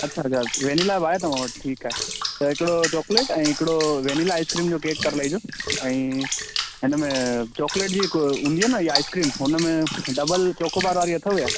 अच्छा अच्छा वेनीला बि आहे तव्हां वटि ठीकु आहे त हिकिड़ो चॉक़्लेट ऐं हिकिड़ो वेनीला आईस्क्रीम जो केक ऐं हिनमें चॉक्लेट जी हिकु हूंदी आहे न हीअ आईस्क्रीम हुन में डबल चॉकॉबार वारी अथव या